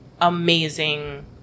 amazing